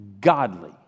godly